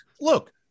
look